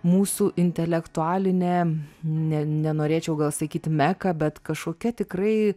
mūsų intelektualinė ne nenorėčiau gal sakyt meka bet kažkokia tikrai